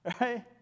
right